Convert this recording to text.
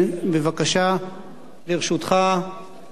לרשותך שלוש דקות